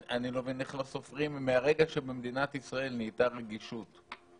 ובאותה הזדמנות לטפל שם במגרש ההחניה ובשירותים הציבוריים.